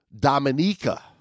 Dominica